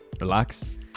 relax